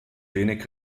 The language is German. wenig